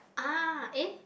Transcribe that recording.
ah eh